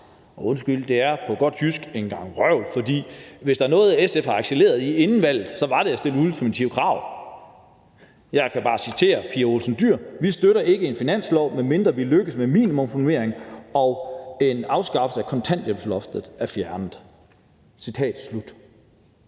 Undskyld, det er på godt jysk en gang vrøvl, for hvis der er noget SF har excelleret i inden valget, er det at stille ultimative krav. Jeg kan bare citere Pia Olsen Dyhr: Vi støtter ikke en finanslov, medmindre vi lykkes med minimumsnormering og en afskaffelse af kontanthjælpsloftet.